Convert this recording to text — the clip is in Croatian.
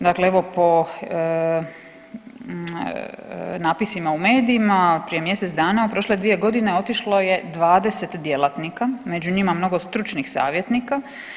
Dakle, evo po napisima u medijima prije mjesec dana u prošle dvije godine otišlo je 20 djelatnika, među njima mnogo stručnih savjetnika.